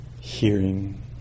hearing